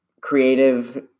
creative